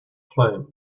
proclaimed